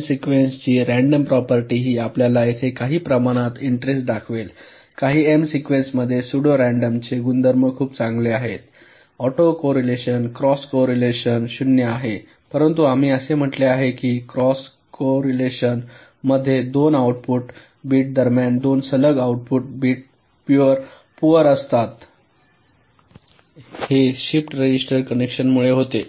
आता एम सीक्वेन्सची random property ही आपल्याला येथे काहीं प्रमाणात इंटरेस्ट दाखवेल कारण एम सीक्वेन्समध्ये सुडो रँडमनेसचे गुणधर्म खूप चांगले आहेत ऑटो कोरिलेशन क्रॉस कोरिलेशन 0 आहे परंतु आम्ही असे म्हटले आहे की क्रॉस कोरिलेशन मध्ये 2 आउटपुट बिट दरम्यान 2 सलग आउटपुट बिट पुअर असतात हे शिफ्ट रजिस्टर कनेक्शनमुळे होते